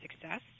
success